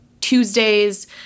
Tuesdays